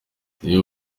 niba